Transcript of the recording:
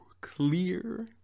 clear